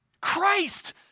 Christ